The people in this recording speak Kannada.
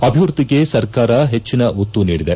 ಅಭಿವೃದ್ದಿಗೆ ಸರ್ಕಾರ ಹೆಚ್ಚಿನ ಒತ್ತು ನೀಡಿದೆ